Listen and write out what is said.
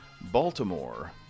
Baltimore